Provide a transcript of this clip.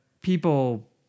people